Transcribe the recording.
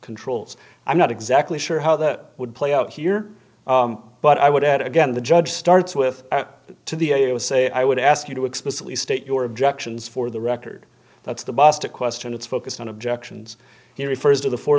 controls i'm not exactly sure how that would play out here but i would add again the judge starts with to the i would say i would ask you to explicitly state your objections for the record that's the boss to question it's focused on objections he refers to the fo